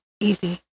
easy